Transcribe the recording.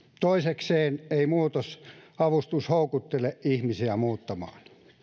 toisekseen ei muuttoavustus houkuttele ihmisiä muuttamaan